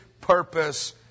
purpose